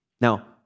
Now